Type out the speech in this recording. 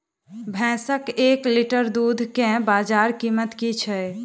भैंसक एक लीटर दुध केँ बजार कीमत की छै?